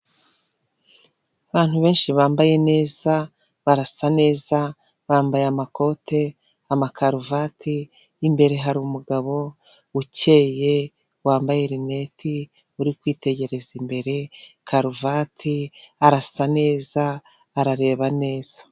Abantu benshi bambaye neza, barasa neza, bambaye amakote, amakaruvati, imbere hari umugabo ukeye wambaye rinete, uri kwitegereza imbere, karuvati, arasa neza, arareba neza.